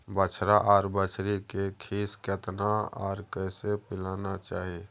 बछरा आर बछरी के खीस केतना आर कैसे पिलाना चाही?